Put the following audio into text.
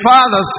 Father